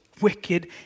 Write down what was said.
wicked